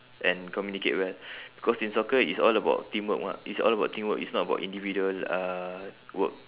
and communicate well because in soccer it's all about teamwork mah it's all about teamwork it's not about individual uh work